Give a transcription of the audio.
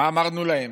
מה אמרנו להן?